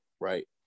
right